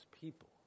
people